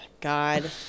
God